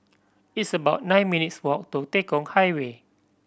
it's about nine minutes' walk to Tekong Highway